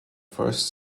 first